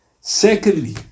Secondly